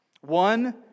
One